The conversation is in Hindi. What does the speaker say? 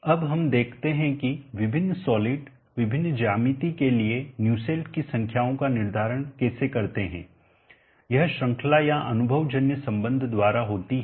अब हम देखते हैं कि विभिन्न सॉलिडविभिन्न ज्यामिति के लिए न्यूसेल्ट की संख्याओं का निर्धारण कैसे करते हैं यह श्रृंखला या अनुभवजन्य संबंध द्वारा होती है